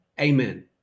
Amen